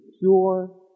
pure